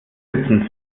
sitzen